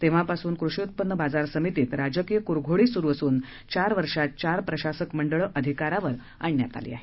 तेव्हापासून कृषी उत्पन्न बाजार समितीत राजकीय कुरघोडी सुरू असून चार वर्षांत चार प्रशासक मंडळ अधिकारावर आणण्यात आली आहेत